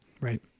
right